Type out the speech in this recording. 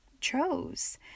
chose